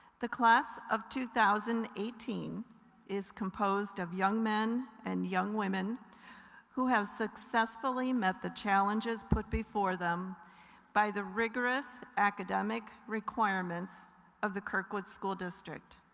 the class of two thousand and eighteen is composed of young men and young women who have successfully met the challenges put before them by the rigorous academic requirements of the kirkwood school district.